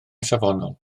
safonol